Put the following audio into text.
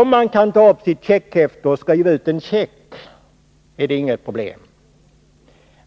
Om man kan ta upp sitt checkhäfte och skriva ut en check är det inget problem.